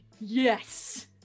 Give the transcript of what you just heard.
yes